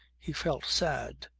he felt sad.